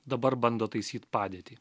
dabar bando taisyt padėtį